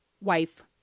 wife